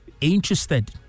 interested